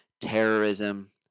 terrorism